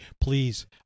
Please